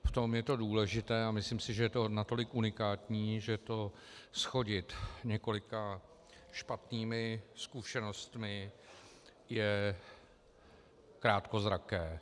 V tom je to důležité a myslím si, že je to natolik unikátní, že to shodit několika špatnými zkušenostmi je krátkozraké.